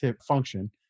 function